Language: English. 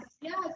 yes